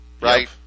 Right